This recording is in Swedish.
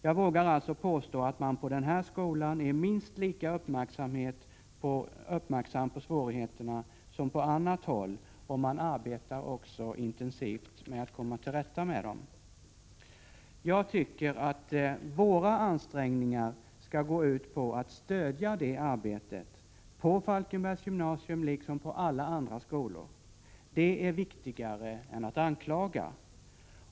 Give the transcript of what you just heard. Jag vågar alltså påstå att man på den här skolan är minst lika uppmärksam på svårigheter som på annat håll, och man arbetar också intensivt med att komma till rätta med dem. Jag tycker att våra ansträngningar skall gå ut på att stödja detta arbete, på Falkenbergs gymnasium lika väl som på alla andra skolor. Det är viktigare än att anklaga.